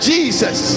Jesus